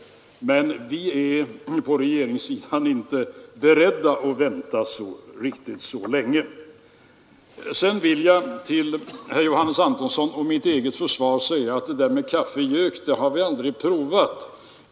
Vi är på regeringssidan inte beredda att vänta riktigt så länge. Sedan vill jag till herr Johannes Antonssons och mitt eget försvar säga att det där med kaffekask har vi aldrig prövat.